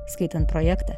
skaitant projektą